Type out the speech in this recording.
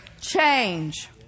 change